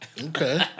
Okay